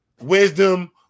Wisdom